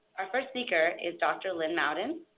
our first speaker is dr. lynn mouden.